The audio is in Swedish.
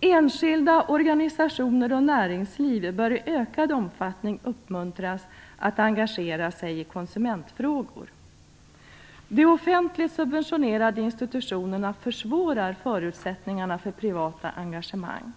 Enskilda, organisationer och näringsliv bör i ökad omfattning uppmuntras att engagera sig i konsumentfrågor. De offentligt subventionerade institutionerna försvårar förutsättningarna för privata engagemang.